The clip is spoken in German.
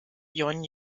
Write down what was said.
jon